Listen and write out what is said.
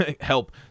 Help